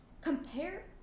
compare